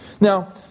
Now